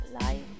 life